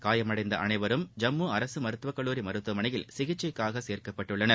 காயமடைந்த அனைவரும் ஜம்மு அரசு மருத்துவக்கல்லூரி மருத்துவமனையில் சிகிச்சைக்காக சேர்க்கப்பட்டுள்ளார்கள்